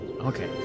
Okay